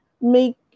make